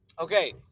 Okay